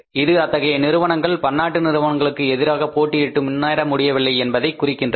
இது அத்தகைய நிறுவனங்கள் பன்னாட்டு நிறுவனங்களுக்கு எதிராக போட்டியிட்டு முன்னேற முடியவில்லை என்பதை குறிக்கின்றது